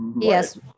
Yes